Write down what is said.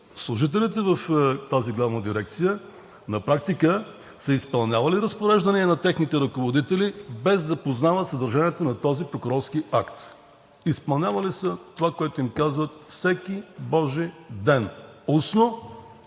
служителите в тази главна дирекция на практика са изпълнявали разпореждания на техните ръководители, без да познават съдържанието на този прокурорски акт. Изпълнявали са това, което им казват всеки божи ден устно